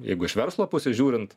jeigu iš verslo pusės žiūrint